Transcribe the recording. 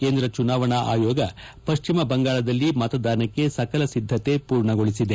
ಕೇಂದ್ರ ಜುನಾವಣಾ ಆಯೋಗ ಪಟ್ಟಿಮ ಬಂಗಾಳದಲ್ಲಿ ಮತದಾನಕ್ಕೆ ಸಕಲ ಸಿದ್ಧತೆ ಪೂರ್ಣಗೊಳಿಸಿದೆ